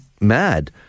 mad